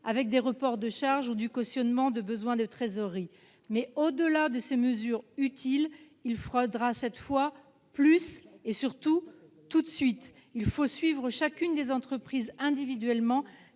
avec des reports de charges ou du cautionnement de besoins de trésorerie. Mais, au-delà de ces mesures utiles, il faudra cette fois plus et, surtout, tout de suite. Il faut suivre chacune des entreprises individuellement,